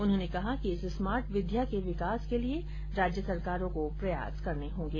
उन्होंने कहा कि इस स्मार्ट विद्या के विकास के लिए राज्य सरकारों को प्रयास करने होंगे